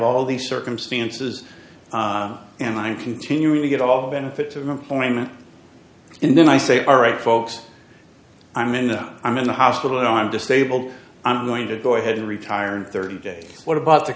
all these circumstances and i'm continuing to get all the benefits of employment and then i say all right folks i'm in the i'm in the hospital i'm disabled i'm going to go ahead and retire and thirty days what about the